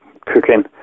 cooking